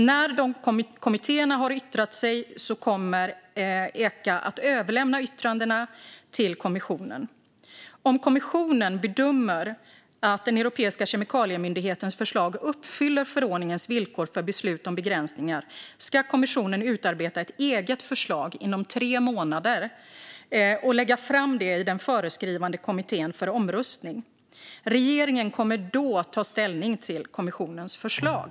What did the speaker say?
När kommittéerna har yttrat sig kommer Echa att överlämna yttrandena till kommissionen. Om kommissionen bedömer att Europeiska kemikaliemyndighetens förslag uppfyller förordningens villkor för beslut om begränsningar ska kommissionen utarbeta ett eget förslag inom tre månader och lägga fram det i den föreskrivande kommittén för omröstning. Regeringen kommer då att ta ställning till kommissionens förslag.